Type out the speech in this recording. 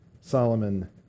Solomon